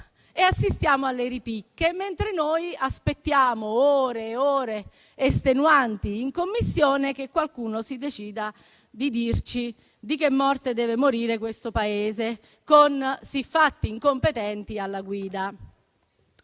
assistiamo alle ripicche, mentre aspettiamo ore e ore estenuanti in Commissione che qualcuno si decida a dirci di che morte deve morire questo Paese con siffatti incompetenti alla guida.